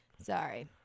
Sorry